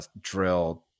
drill